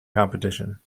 competition